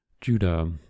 Judah